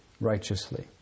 righteously